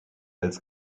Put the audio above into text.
als